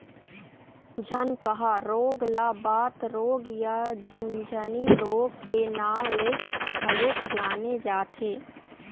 झनकहा रोग ल बात रोग या झुनझनी रोग के नांव ले घलोक जाने जाथे